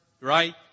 right